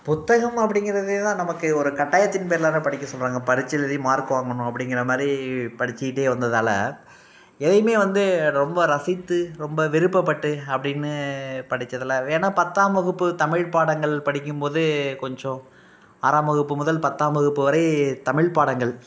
புத்தகம் அப்படிங்கிறதே தான் நமக்கு ஒரு கட்டாயத்தின் பேரில் தான படிக்க சொல்கிறாங்க பரீட்சையில் எழுதி மார்க் வாங்கணும் அப்படிங்கிற மாதிரி படிச்சுக்கிட்டே வந்ததால் எதையும் வந்து ரொம்ப ரசித்து ரொம்ப விருப்பப்பட்டு அப்படின்னு படித்ததில்ல வேணா பத்தாம் வகுப்புத் தமிழ் பாடங்கள் படிக்கும் போது கொஞ்சம் ஆறாம் வகுப்பு முதல் பத்தாம் வகுப்பு வரை தமிழ் பாடங்கள்